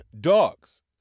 dogs